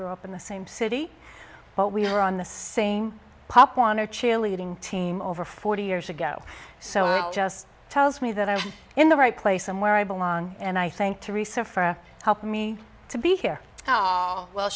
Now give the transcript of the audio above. grew up in the same city but we were on the same pop warner cheerleading team over forty years ago so it just tells me that i was in the right place and where i belong and i think three so for help me to be here how well